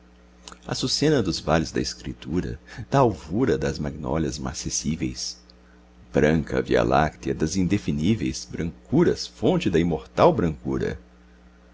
ternura açucena dos vales da escritura da alvura das magnólias marcessíveis branca via-láctea das indefiníveis brancuras fonte da imortal brancura